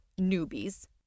newbies